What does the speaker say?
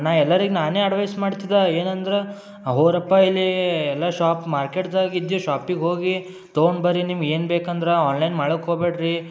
ನಾನು ಎಲ್ಲರಿಗೂ ನಾನೇ ಅಡ್ವೈಸ್ ಮಾಡ್ತಿದ್ದೆ ಏನಂದ್ರೆ ಅವರಪ್ಪ ಇಲ್ಲಿ ಎಲ್ಲ ಶಾಪ್ ಮಾರ್ಕೆಟ್ದಾಗೆ ಇದ್ದಿದ್ದ ಶಾಪಿಗೆ ಹೋಗಿ ತೊಗೊಂಡ್ ಬನ್ರಿ ನಿಮ್ಗೆ ಏನು ಬೇಕಂದ್ರೆ ಆನ್ಲೈನ್ ಮಾಡಕ್ಕೆ ಹೋಬೇಡ್ರಿ